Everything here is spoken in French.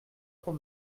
trop